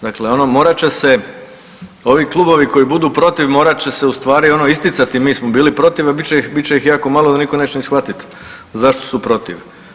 Dakle ono, morat će se ovi klubovi koji budu protiv, morat će se ustvari ono isticati, mi smo bili protiv, a bit će jako malo jer nitko neće ni shvatiti zašto su protiv.